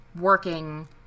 working